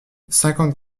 cinquante